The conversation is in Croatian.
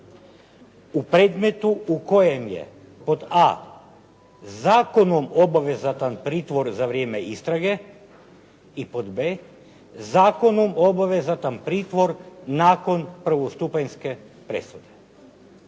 u predmetu u koje je pod a) zakonom obvezatan pritvor za vrijeme istrage i pod b) zakonom obvezatan pritvor nakon prvostupanjske presude.